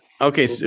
Okay